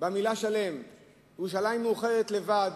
במלה "שלם"; ירושלים מאוחדת לבד